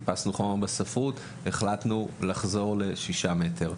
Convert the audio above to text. חיפשנו חומר בספרות והחלטנו לחזור לשישה מטר.